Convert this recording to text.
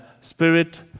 spirit